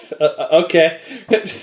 Okay